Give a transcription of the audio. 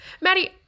Maddie